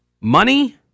money